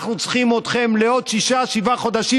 אנחנו צריכים אתכם לעוד שישה-שבעה חודשים,